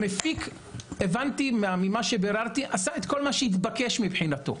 הבנתי לאחר שביררתי שהמפיק עשה את כל מה שהתבקש מבחינתו.